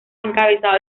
encabezado